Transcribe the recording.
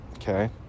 Okay